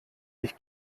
ich